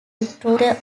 through